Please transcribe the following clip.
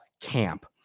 camp